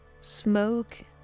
smoke